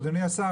אדוני השר,